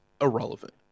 irrelevant